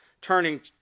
turning